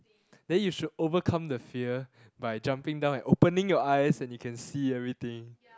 then you should overcome the fear by jumping down and opening your eyes then you can see everything